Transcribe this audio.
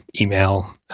email